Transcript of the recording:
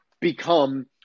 become –